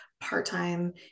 part-time